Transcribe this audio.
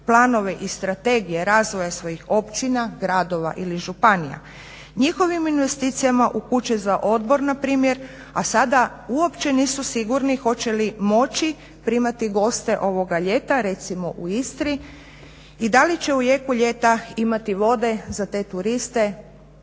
planove i strategije razvoja svojih općina, gradova ili županija, njihovim investicijama u kuće za odmor npr., a sada uopće nisu sigurni hoće li moći primati goste ovoga ljeta recimo u Istri i da li će u jeku ljeta imati vode za te turiste